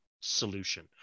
solution